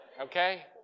Okay